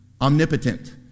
omnipotent